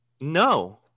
No